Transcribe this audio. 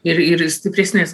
ir ir stipresnės